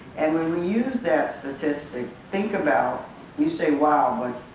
and when we use that statistic, think about you say wow but